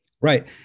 Right